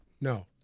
No